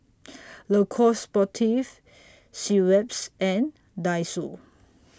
Le Coq Sportif Schweppes and Daiso